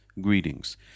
greetings